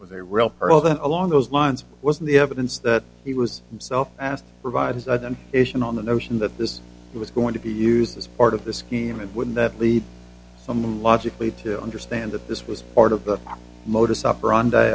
was a real earl that along those lines was in the evidence that he was himself asked provide them ition on the notion that this was going to be used as part of the scheme and wouldn't that lead someone logically to understand that this was part of the modus operandi